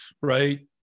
Right